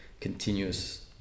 continuous